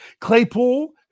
Claypool